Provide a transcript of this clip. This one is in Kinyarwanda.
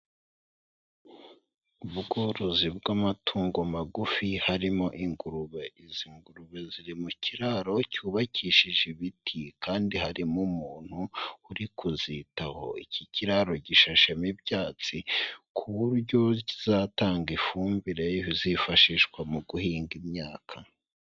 Ubworozi bw'amatungo magufi harimo ingurube, izi ngurube ziri mu kiraro cyubakishije ibiti kandi harimo umuntu uri kuzitaho, iki kiraro gishashemo ibyatsi ku buryo zizatanga ifumbire izifashishwa mu guhinga imyaka.